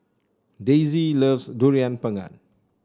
Daisye loves Durian Pengat